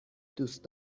دوست